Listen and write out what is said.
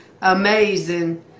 amazing